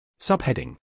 Subheading